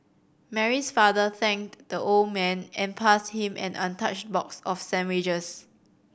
Mary's father thanked the old man and passed him an untouched box of sandwiches